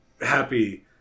happy